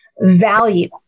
value